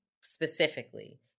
specifically